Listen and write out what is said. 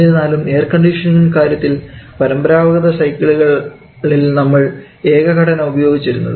എന്നിരുന്നാലും air conditioning കാര്യത്തിൽ പരമ്പരാഗത സൈക്കിളുകളിൽ നമ്മൾ ഏക ഘടകമാണ് ഉപയോഗിച്ചിരുന്നത്